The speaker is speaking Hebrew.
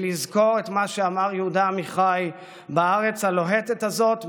לזכור את מה שאמר יהודה עמיחי: "בארץ הלוהטת הזאת,